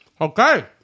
Okay